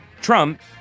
Trump